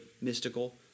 mystical